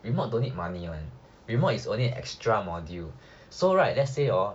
remod don't need money [one] remod is only extra module so right let's say orh